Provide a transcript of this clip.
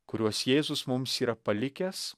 kuriuos jėzus mums yra palikęs